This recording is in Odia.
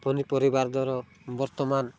ପନିପରିବାର ଦର ବର୍ତ୍ତମାନ